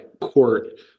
court